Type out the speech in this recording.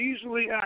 easily